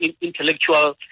intellectual